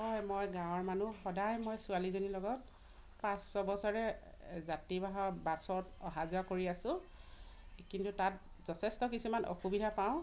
হয় মই গাঁৱৰ মানুহ সদায় মই ছোৱালীজনীৰ লগত পাঁচ ছয় বছৰে যাত্ৰীবাহ বাছত অহা যোৱা কৰি আছো কিন্তু তাত যথেষ্ট কিছুমান অসুবিধা পাওঁ